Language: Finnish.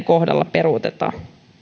kohdalla peruuteta